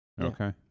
Okay